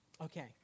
Okay